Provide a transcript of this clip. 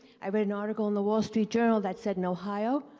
i read an article on the wall street journal that said in ohio,